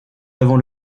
avons